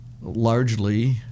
largely